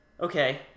okay